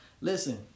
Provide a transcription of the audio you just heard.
Listen